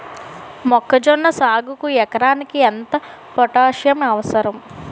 మొక్కజొన్న సాగుకు ఎకరానికి ఎంత పోటాస్సియం అవసరం?